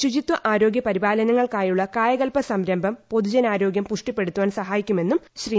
ശുചിത്വ ആരോഗ്യ പരിപാലനങ്ങൾക്കായുള്ള കായകല്പ സംരംഭം പൊതുജനാരോഗൃം പുഷ്ടിപ്പെടുത്താൻ സഹായിക്കുമെന്നും ശ്രീ